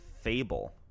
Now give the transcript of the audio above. Fable